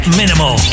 minimal